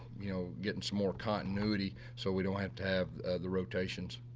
you know, getting some more continuity, so we don't have to have the rotations.